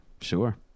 Sure